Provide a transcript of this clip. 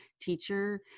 teacher